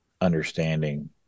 understanding